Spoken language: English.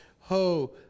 ho